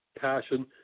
passion